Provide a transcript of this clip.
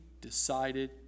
decided